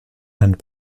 and